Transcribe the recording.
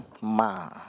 ma